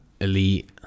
elite